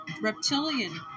reptilian